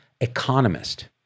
economist